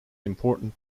important